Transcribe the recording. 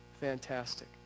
fantastic